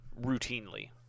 routinely